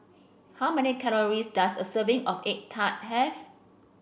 how many calories does a serving of egg tart have